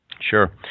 Sure